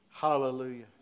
Hallelujah